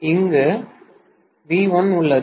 இங்கு V1 உள்ளது